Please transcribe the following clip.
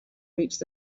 reached